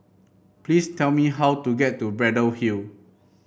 please tell me how to get to Braddell Hill